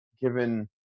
given